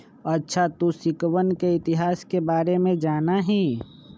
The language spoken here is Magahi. अच्छा तू सिक्कवन के इतिहास के बारे में जाना हीं?